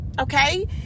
okay